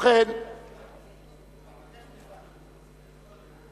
הצעת סיעת קדימה להביע